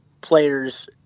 players